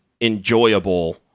enjoyable